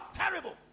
terrible